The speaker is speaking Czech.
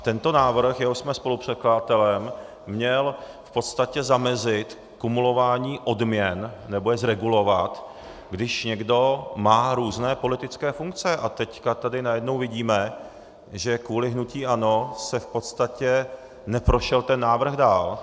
Tento návrh, jehož jsme spolupředkladatelem měl v podstatě zamezit kumulování odměn, nebo je zregulovat, když někdo má různé politické funkce, a teď tady najednou vidíme, že kvůli hnutí ANO se v podstatě... neprošel ten návrh dál.